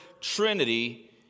Trinity